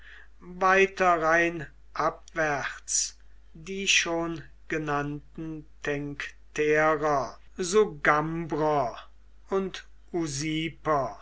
weiter rheinabwärts die schon genannten tencterer sugambrer und